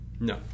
No